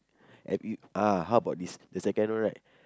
and you ah how about this the second one right